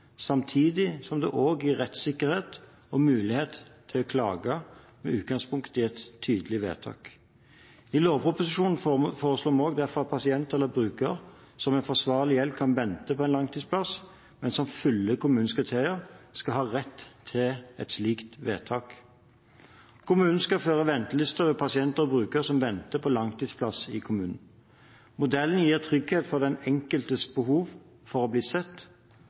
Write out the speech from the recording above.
samtidig som det også gir rettssikkerhet og mulighet til å klage med utgangspunkt i et tydelig vedtak. I lovproposisjonen foreslår vi også derfor at pasient eller bruker som med forsvarlig hjelp kan vente på en langtidsplass, men som fyller kommunens kriterier, skal ha rett til et slikt vedtak. Kommunen skal føre ventelister over pasienter og brukere som venter på langtidsplass i kommunen. Modellen gir trygghet for den enkeltes behov for å bli sett.